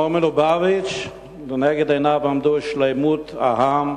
לנגד עיניו של האדמו"ר מלובביץ' עמדו שלמות העם,